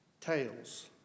Tails